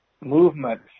movement